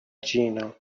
جینا